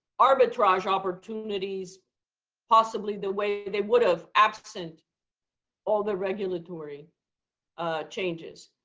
arbitrage opportunities possibly the way they would have absent all the regulatory changes.